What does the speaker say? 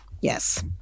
Yes